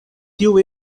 tio